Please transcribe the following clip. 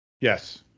Yes